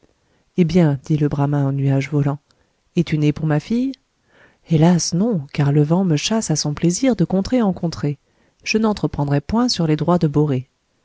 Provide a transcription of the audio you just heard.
hé bien dit le bramin au nuage volant es-tu né pour ma fille hélas non car le vent me chasse à son plaisir de contrée en contrée je n'entreprendrai point sur les droits de borée